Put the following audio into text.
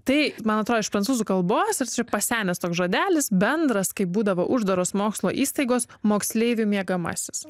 tai man atrodo iš prancūzų kalbos ir pasenęs toks žodelis bendras kai būdavo uždaros mokslo įstaigos moksleivių miegamasis